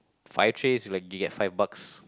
five trays you like get five bucks